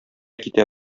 китә